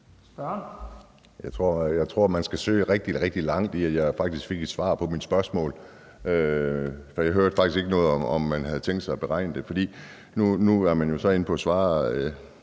Jeg tror, at man skal søge rigtig, rigtig langt i det efter et svar på mit spørgsmål, for jeg hørte faktisk ikke noget om, om man havde tænkt sig at beregne det. Nu er man så inde på